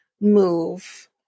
move